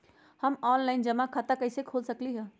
हम ऑनलाइन जमा खाता कईसे खोल सकली ह?